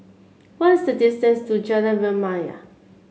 what is the distance to Jalan Remaja